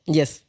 Yes